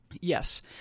Yes